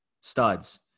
studs